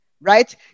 right